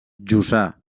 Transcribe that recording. jussà